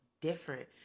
different